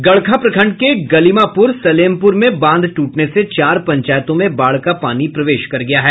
गड़खा प्रखंड के गलिमापुर सलेमपुर में बांध टूटने से चार पंचायतों में बाढ़ का पानी प्रवेश कर गया है